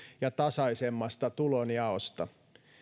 ja tasaisemmasta tulonjaosta